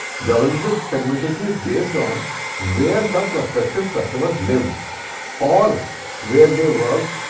geographic segmentation is based on where the prospective customers live or where they work,